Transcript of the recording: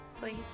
please